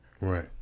Right